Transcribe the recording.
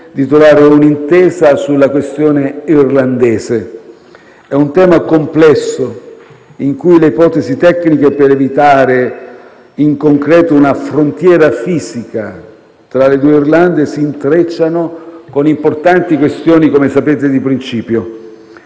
trovare un'intesa sulla questione irlandese. È un tema complesso, in cui le ipotesi tecniche per evitare in concreto una frontiera fisica tra le due Irlande si intrecciano con importanti questioni, come sapete, di principio.